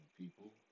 people